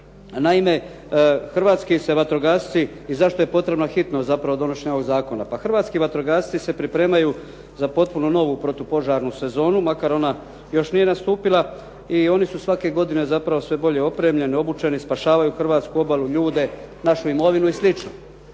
Naime, hrvatski se vatrogasci, i zašto je potrebna hitnost zapravo donošenja ovoga zakona, pa hrvatski vatrogasci se pripremaju za potpuno novu protupožarnu sezonu makar ona još nije nastupila i oni su svake godine zapravo sve bolje opremljeni, obučeni, spašavaju Hrvatsku obalu, ljude, našu imovinu i